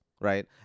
right